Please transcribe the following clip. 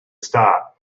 start